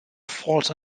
falls